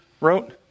wrote